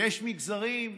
ויש מגזרים,